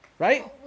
Right